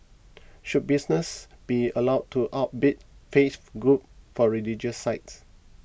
should businesses be allowed to outbid faith groups for religious sites